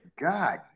God